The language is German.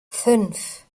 fünf